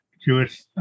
Jewish